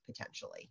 potentially